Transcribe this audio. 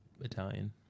Italian